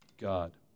God